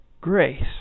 grace